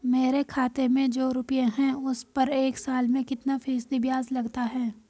मेरे खाते में जो रुपये हैं उस पर एक साल में कितना फ़ीसदी ब्याज लगता है?